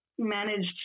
managed